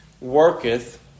worketh